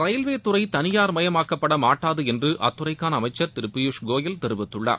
railway துறை தனியார் மயமாக்கப்பட மாட்டாது என்று அத்துறைக்கான அமைச்சர் திரு பியூஸ் கோயல் தெரிவித்துள்ளார்